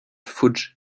fudge